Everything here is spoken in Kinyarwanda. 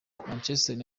manchester